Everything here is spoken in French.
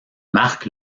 marque